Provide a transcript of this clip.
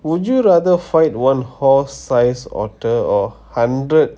would you rather fight one horse size otter or hundred